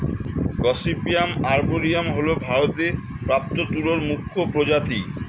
gossypium arboreum হল ভারতে প্রাপ্ত তুলোর মুখ্য প্রজাতি